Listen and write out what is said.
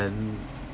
then